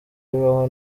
bibaho